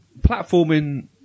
Platforming